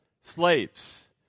Slaves